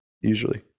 usually